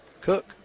Cook